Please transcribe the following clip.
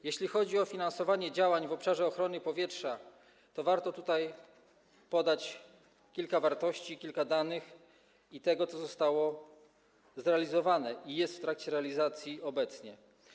Jeśli chodzi o finansowanie działań w obszarze ochrony powietrza, to warto tutaj podać kilka wartości, kilka danych o tym, co zostało zrealizowane i co jest w trakcie realizacji obecnie.